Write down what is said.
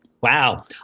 Wow